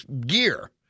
gear